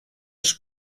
els